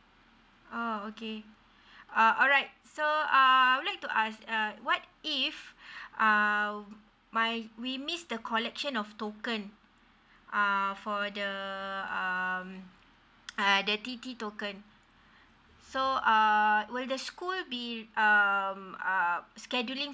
oh okay uh alright so uh I would like to ask um what if um my we missed the collection of token uh for the um ah the T_T token so err would the school be err err um scheduling